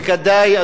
כדאי,